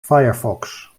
firefox